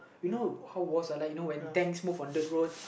you know how wars are like like you know when tanks move on dirt road